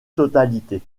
totalité